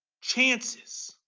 chances